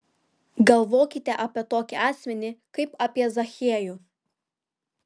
galvokite apie tokį asmenį kaip apie zachiejų